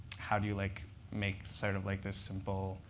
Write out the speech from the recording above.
how do you like make sort of like this simple,